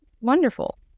wonderful